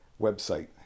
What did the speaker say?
website